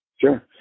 Sure